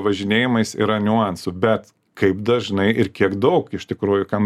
važinėjimais yra niuansų bet kaip dažnai ir kiek daug iš tikrųjų kam